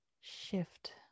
shift